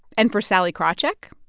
and for sallie krawcheck.